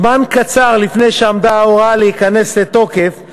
זמן קצר לפני שעמדה ההוראה להיכנס לתוקף,